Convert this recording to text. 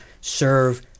serve